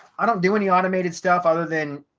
i don't do any automated stuff. other than,